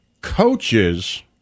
coaches